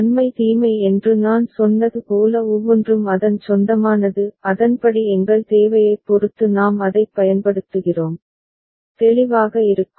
நன்மை தீமை என்று நான் சொன்னது போல ஒவ்வொன்றும் அதன் சொந்தமானது அதன்படி எங்கள் தேவையைப் பொறுத்து நாம் அதைப் பயன்படுத்துகிறோம் தெளிவாக இருக்கும்